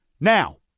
Now